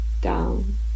down